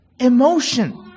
emotion